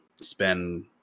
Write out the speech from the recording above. spend